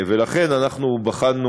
ולכן אנחנו בחנו,